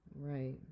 Right